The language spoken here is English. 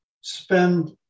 spend